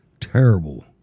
terrible